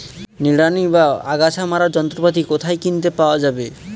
নিড়ানি বা আগাছা মারার যন্ত্রপাতি কোথায় কিনতে পাওয়া যাবে?